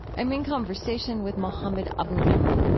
i'm in conversation with mohammed abu-nimer.